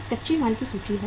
एक कच्चे माल की सूची है